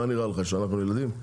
מה נראה לך, אנחנו ילדים?